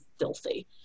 filthy